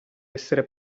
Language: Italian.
essere